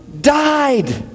died